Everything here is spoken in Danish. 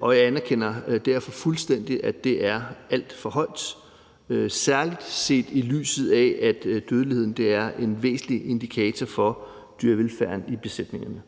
og jeg anerkender derfor fuldstændig, at det er alt for højt, særlig set i lyset af at dødeligheden er en væsentlig indikator for dyrevelfærden i besætningen.